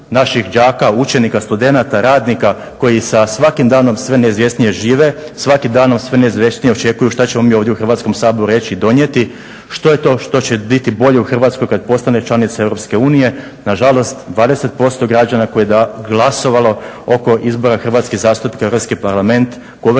naših đaka, učenika, studenata, radnika, koji sa svakim danom sve neizvjesnije žive, svakim danom sve neizvjesnije očekuju što ćemo mi ovdje u Hrvatskom saboru reći i donijeti. Što je to što će biti bolje u Hrvatskoj kad postane članica Europske unije? Nažalost 20% građana koji je glasovalo oko izbora hrvatskih zastupnika u Europski parlament